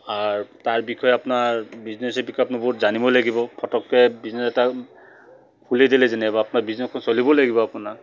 আৰু তাৰ বিষয়ে আপোনাৰ বিজনেছৰ বিষয়ে বহুত জানিব লাগিব পটককৈ বিজনেছ এটা খুলি দিলে যেনিবা আপোনাৰ বিজনেছখন চলিব লাগিব আপোনাৰ